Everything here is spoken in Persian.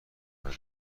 بده